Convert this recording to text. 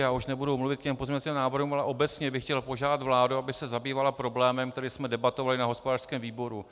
Já už nebudu mluvit k těm pozměňovacím návrhům, ale obecně bych chtěl požádat vládu, aby se zabývala problémem, který jsme debatovali na hospodářském výboru.